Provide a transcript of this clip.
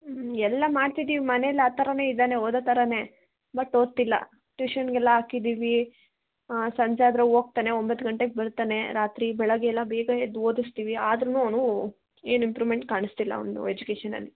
ಹ್ಞೂ ಎಲ್ಲ ಮಾಡ್ತಿದ್ದೀವಿ ಮನೇಲಿ ಆ ಥರಾನೇ ಇದ್ದಾನೆ ಓದೋ ಥರಾನೇ ಬಟ್ ಒದ್ತಿಲ್ಲ ಟ್ಯೂಷನ್ಗೆಲ್ಲ ಹಾಕಿದೀವಿ ಸಂಜೆ ಆದರೆ ಹೋಗ್ತಾನೆ ಒಂಬತ್ತು ಗಂಟೆಗೆ ಬರ್ತಾನೆ ರಾತ್ರಿ ಬೆಳಗ್ಗೆ ಎಲ್ಲ ಬೇಗ ಎದ್ದು ಓದಿಸ್ತೀವಿ ಆದ್ರೂ ಅವನು ಏನು ಇಂಪ್ರೂವ್ಮೆಂಟ್ ಕಾಣಿಸ್ತಿಲ್ಲ ಅವನದ್ದು ಎಜುಕೇಶನ್ಲ್ಲಿ